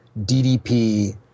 DDP